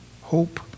hope